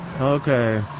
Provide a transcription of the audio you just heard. Okay